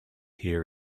here